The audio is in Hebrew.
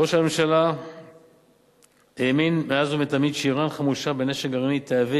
ראש הממשלה האמין מאז ומתמיד שאירן חמושה בנשק גרעיני תהווה